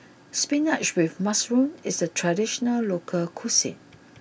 spinach with Mushroom is a traditional local cuisine